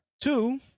Two